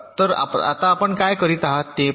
तर आता आपण काय करीत आहात ते पहा